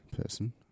person